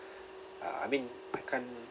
uh I mean I can't